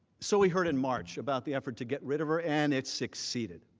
so, we heard in march about the effort to get rid of her and it succeeded.